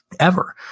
ever.